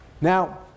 Now